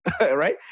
Right